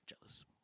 Jealous